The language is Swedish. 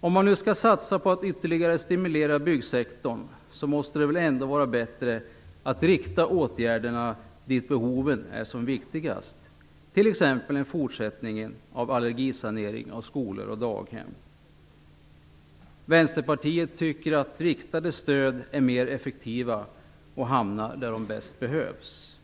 Om man nu skall satsa på att ytterligare stimulera byggsektorn måste det väl ändå vara bättre att rikta åtgärderna dit behoven är som störst. Det kan t.ex. gälla en fortsättning av allergisanering av skolor och daghem. Vänsterpartiet tycker att riktade stöd är mer effektiva och hamnar där de bäst behövs.